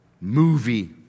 movie